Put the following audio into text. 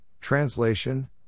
translation